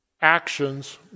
actions